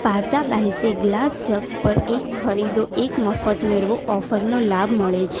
પાસાબાહસે glass jug પર એક ખરીદો એક મફત મેળવો ઓફરનો લાભ મળે છે